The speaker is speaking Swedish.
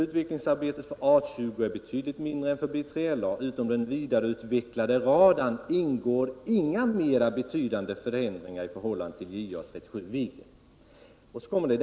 ”Utvecklingsarbetet för A 20 är betydligt mindre än för BILA. Utom den vidareutvecklade radarn ingår inga mera betydande förändringar i förhållande till JA 37 Viggen.